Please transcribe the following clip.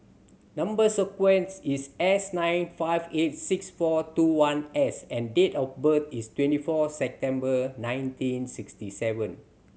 number sequence is S nine five eight six four two one S and date of birth is twenty four September nineteen sixty seven